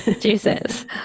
Jesus